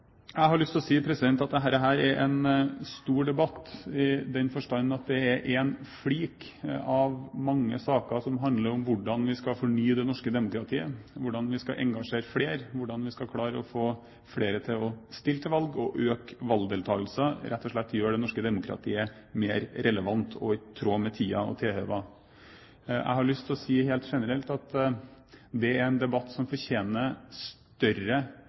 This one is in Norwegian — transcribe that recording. er en stor debatt i den forstand at den er en flik av mange saker som handler om hvordan vi skal fornye det norske demokratiet, hvordan vi skal engasjere flere, hvordan vi skal klare å få flere til å stille til valg og øke valgdeltakelsen – rett og slett å gjøre det norske demokratiet mer relevant og i tråd med tiden og forholdene. Jeg har lyst til å si helt generelt at det er en debatt som fortjener større